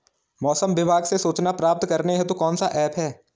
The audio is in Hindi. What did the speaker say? मौसम विभाग से सूचना प्राप्त करने हेतु कौन सा ऐप है?